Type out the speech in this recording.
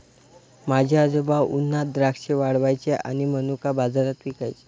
माझे आजोबा उन्हात द्राक्षे वाळवायचे आणि मनुका बाजारात विकायचे